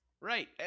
right